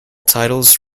titles